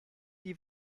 die